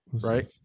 right